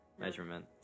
measurement